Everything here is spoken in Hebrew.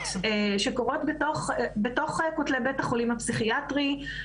שקורות בתוך כותלי בית החולים הפסיכיאטרי.